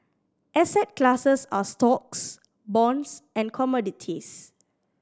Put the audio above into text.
asset classes are stocks bonds and commodities